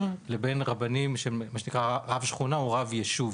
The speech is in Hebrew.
לבין מה שמכונה רב שכונה או רב יישוב: